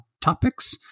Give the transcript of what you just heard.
topics